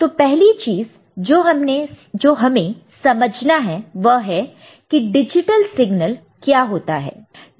तो पहली चीज जो हमें समझना है वह है कि डिजिटल सिगनल क्या होता है